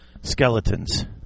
skeletons